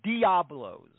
Diablos